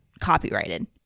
copyrighted